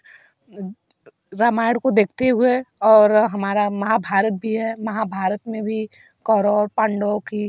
रामायण को देखते हुए और हमारा महाभारत भी है महाभारत में भी कौरव और पांडवों की